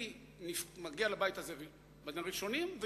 אני מגיע לבית הזה בין הראשונים,